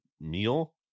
meal